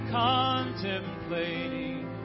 contemplating